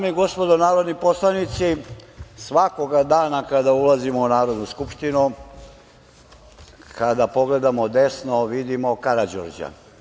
Dame i gospodo narodni poslanici, svakoga dana kada ulazimo u Narodnu skupštinu, kada pogledamo desno vidimo Karađorđa.